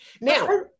Now